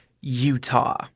Utah